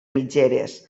mitgeres